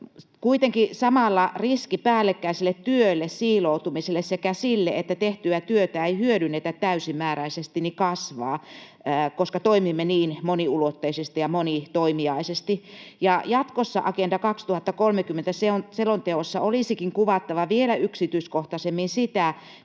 Kuitenkin samalla riski päällekkäiselle työlle, siiloutumiselle sekä sille, että tehtyä työtä ei hyödynnetä täysimääräisesti, kasvaa, koska toimimme niin moniulotteisesti ja monitoimijaisesti. Jatkossa Agenda 2030 ‑selonteossa olisikin kuvattava vielä yksityiskohtaisemmin sitä,